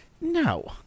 No